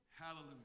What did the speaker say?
Hallelujah